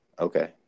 Okay